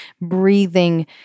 breathing